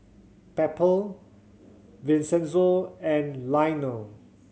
Pepper Vincenzo and Lionel